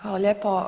Hvala lijepo.